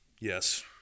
Yes